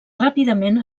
ràpidament